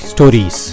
Stories